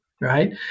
right